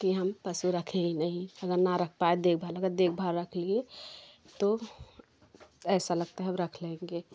कि हम पशु रखे ही नहीं अगर ना रख पाए देखभाल अगर देखभाल रख लिए तो ऐसा लगता है अब रख लेंगे